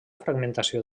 fragmentació